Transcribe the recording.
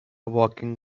walking